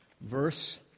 verse